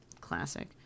classic